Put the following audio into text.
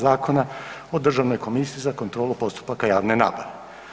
Zakona o Državnoj komisiji za kontrolu postupaka javne nabave.